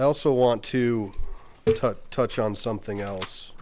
i also want to touch on something else